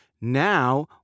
Now